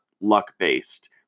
luck-based